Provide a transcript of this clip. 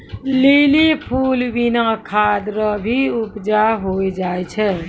lily फूल बिना खाद रो भी उपजा होय जाय छै